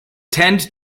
tend